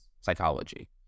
psychology